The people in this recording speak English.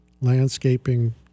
landscaping